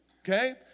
okay